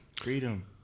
freedom